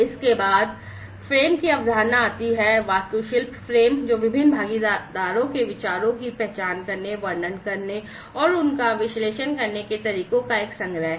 इसके बाद फ्रेम की अवधारणा आती है वास्तुशिल्प फ्रेम जो विभिन्न भागीदारों के विचारों की पहचान करने वर्णन करने और उनका विश्लेषण करने के तरीकों का एक संग्रह है